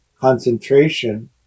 concentration